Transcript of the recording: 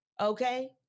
okay